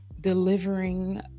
delivering